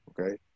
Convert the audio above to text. Okay